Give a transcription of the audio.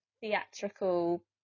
theatrical